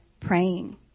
praying